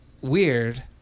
Weird